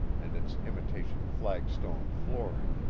and its imitation flagstone flooring,